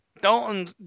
Dalton